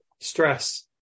Stress